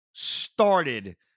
Started